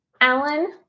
Alan